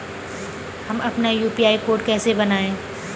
हम अपना UPI code कैसे बनाएँ?